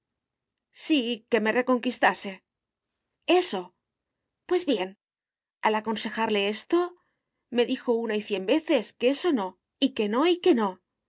sí que me reconquistase eso pues bien al aconsejarle esto me dijo una y cien veces que eso no y que no y que no